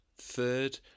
Third